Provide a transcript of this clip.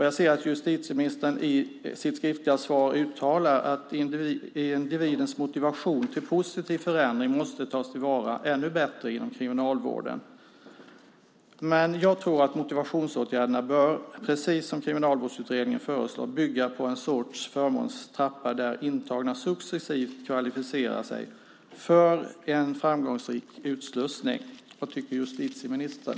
Jag ser att justitieministern i sitt skriftliga svar uttalar att "individens motivation till en positiv förändring måste tas till vara ännu bättre inom Kriminalvården", men jag tror att motivationsåtgärderna precis som Kriminalvårdsutredningen föreslår bör bygga på en sorts förmånstrappa där intagna successivt kvalificerar sig för en framgångsrik utslussning. Vad tycker justitieministern?